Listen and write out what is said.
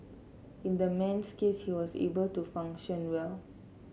in the man's case he was able to function well